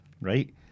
right